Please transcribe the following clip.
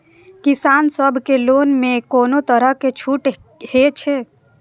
किसान सब के लोन में कोनो तरह के छूट हे छे?